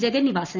Jagannivasan